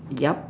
yup